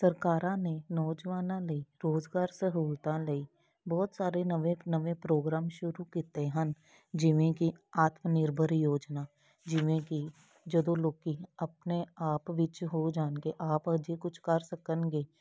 ਸਰਕਾਰਾਂ ਨੇ ਨੌਜਵਾਨਾਂ ਲਈ ਰੋਜ਼ਗਾਰ ਸਹੂਲਤਾਂ ਲਈ ਬਹੁਤ ਸਾਰੇ ਨਵੇਂ ਨਵੇਂ ਪ੍ਰੋਗਰਾਮ ਸ਼ੁਰੂ ਕੀਤੇ ਹਨ ਜਿਵੇਂ ਕਿ ਆਤਮ ਨਿਰਭਰ ਯੋਜਨਾ ਜਿਵੇਂ ਕਿ ਜਦੋਂ ਲੋਕੀ ਆਪਣੇ ਆਪ ਵਿੱਚ ਹੋ ਜਾਣਗੇ ਆਪ ਜੇ ਕੁਛ ਕਰ ਸਕਣਗੇ